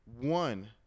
one